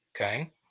Okay